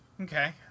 Okay